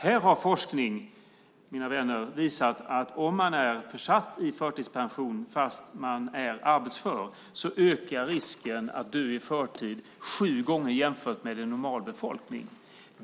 Här har forskning, mina vänner, visat att om man är försatt i förtidspension fast man är arbetsför ökar risken att dö i förtid sju gånger jämfört med en normal befolkning.